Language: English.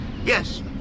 Yes